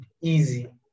easy